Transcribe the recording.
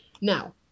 Now